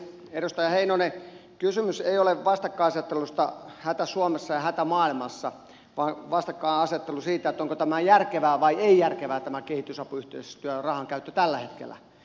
edustaja heinonen kysymys ei ole vastakkainasettelusta hätä suomessa ja hätä maailmassa vaan vastakkainasettelusta siinä onko tämä kehitysapuyhteistyörahan käyttö tällä hetkellä järkevää vai ei